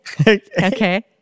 Okay